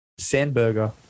Sandburger